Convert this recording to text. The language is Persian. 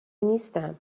نیستم